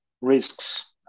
risks